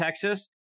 Texas